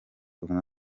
umwe